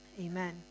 amen